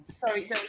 sorry